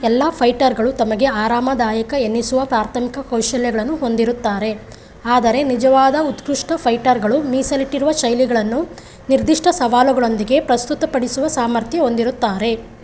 ಎಲ್ಲ ಫೈಟರ್ಗಳು ತಮಗೆ ಆರಾಮದಾಯಕ ಎನ್ನಿಸುವ ಪ್ರಾಥಮಿಕ ಕೌಶಲ್ಯಗಳನ್ನು ಹೊಂದಿರುತ್ತಾರೆ ಆದರೆ ನಿಜವಾದ ಉತ್ಕೃಷ್ಟ ಫೈಟರ್ಗಳು ಮೀಸಲಿಟ್ಟಿರುವ ಶೈಲಿಗಳನ್ನು ನಿರ್ದಿಷ್ಟ ಸವಾಲುಗಳೊಂದಿಗೆ ಪ್ರಸ್ತುತಪಡಿಸುವ ಸಾಮರ್ಥ್ಯ ಹೊಂದಿರುತ್ತಾರೆ